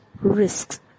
risks